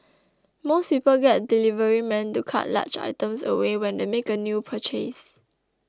most people get deliverymen to cart large items away when they make a new purchase